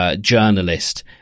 journalist